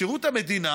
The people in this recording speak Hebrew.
בשירות המדינה